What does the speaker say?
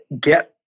get